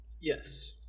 Yes